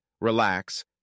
relax